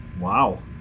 Wow